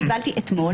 קיבלתי אתמול,